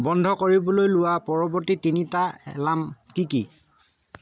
বন্ধ কৰিবলৈ লোৱা পৰৱৰ্তী তিনিটা এলাৰ্ম কি কি